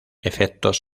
efectos